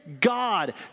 God